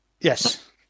Yes